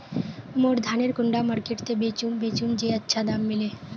मोर धानेर कुंडा मार्केट त बेचुम बेचुम जे अच्छा दाम मिले?